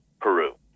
Peru